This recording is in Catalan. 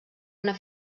una